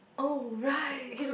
oh right